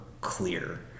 clear